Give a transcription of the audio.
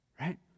right